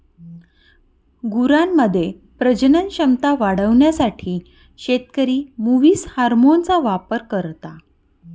गुरांमध्ये प्रजनन क्षमता वाढवण्यासाठी शेतकरी मुवीस हार्मोनचा वापर करता